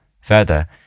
Further